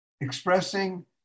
expressing